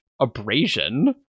abrasion